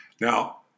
Now